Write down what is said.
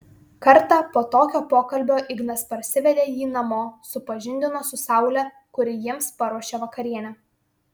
kartą po tokio pokalbio ignas parsivedė jį namo supažindino su saule kuri jiems paruošė vakarienę